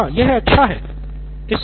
professor हाँ यह अच्छा है